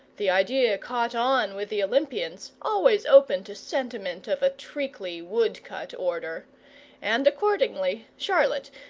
the idea caught on with the olympians, always open to sentiment of a treacly, woodcut order and accordingly charlotte,